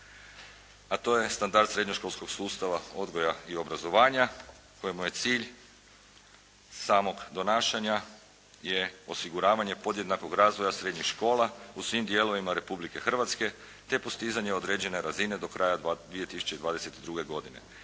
A to je standard srednjoškolskog sustava odgoja i obrazovanja kojemu je cilj samog donašanja je osiguravanje podjednakog razvoja srednjih škola u svim dijelovima Republike Hrvatske, te postizanje određene razine do kraja 2022. godine.